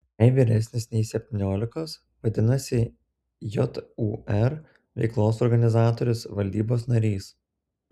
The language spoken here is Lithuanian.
jei vyresnis nei septyniolikos vadinasi jūr veiklos organizatorius vadovybės narys